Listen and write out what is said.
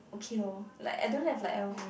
okay lor like I don't have like a